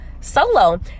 solo